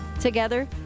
Together